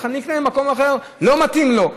אני אקנה במקום אחר, לא מתאים לו.